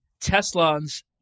Tesla's